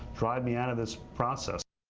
drive me out of this process.